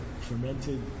fermented